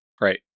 Right